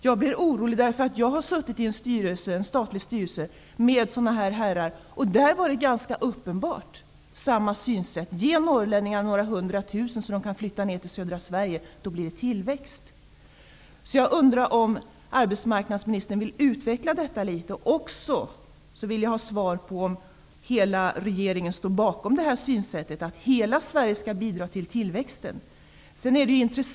Jag blir orolig, därför att jag har suttit i en statlig styrelse tillsammans med sådana här herrar. I denna styrelse var det uppenbart att synsättet var detsamma: Ge norrlänningarna några hundra tusen så att de kan flytta ned till södra Sverige. Då blir det tillväxt. Jag undrar om arbetsmarknadsministern vill utveckla detta ytterligare. Jag vill också ha svar på frågan om huruvida hela regeringen står bakom synsättet att hela Sverige skall bidra till tillväxten.